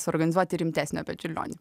suorganizuoti rimtesnio apie čiurlionį